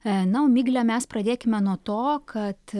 na o migle mes pradėkime nuo to kad